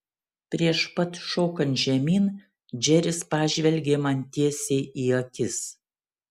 prieš pat šokant žemyn džeris pažvelgė man tiesiai į akis